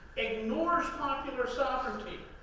ignores popular sovereignty,